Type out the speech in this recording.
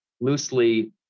loosely